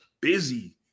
busy